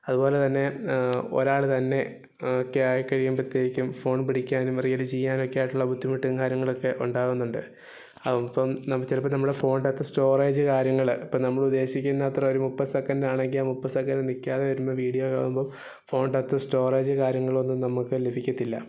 അതുപോലെ തന്നെ ഒരാൾ തന്നെ ഒക്കെ ആയിക്കഴിയുമ്പോഴത്തേക്കും ഫോണ് പിടിക്കാനും റീഡ് ചെയ്യാനൊക്കെയായിട്ടുള്ള ബുദ്ധിമുട്ടും കാര്യങ്ങളൊക്കെ ഉണ്ടാവുന്നുണ്ട് അപ്പം നമുക്ക് ചിലപ്പം നമ്മുടെ ഫോണിൻ്റെ അകത്ത് സ്റ്റോറേജ് കാര്യങ്ങൾ ഇപ്പോൾ നമ്മൾ ഉദ്ദേശിക്കുന്ന അത്ര ഒരു മുപ്പത് സെക്കന്റ് ആണെങ്കിൽ ആ മുപ്പത് സെക്കന്റ് നിൽക്കാതെ വരുമ്പം വീഡിയോ കാണുമ്പം ഫോണിൻ്റെ അകത്ത് സ്റ്റോറേജ് കാര്യങ്ങൾ ഒന്നും നമുക്ക് ലഭിക്കത്തില്ല